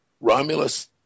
Romulus